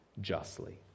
justly